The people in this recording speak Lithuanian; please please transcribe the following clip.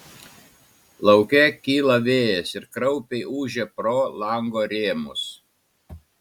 lauke kyla vėjas ir kraupiai ūžia pro lango rėmus